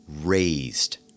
raised